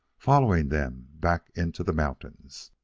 following them back into the mountains.